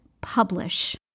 publish